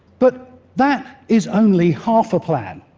but that is only half a plan.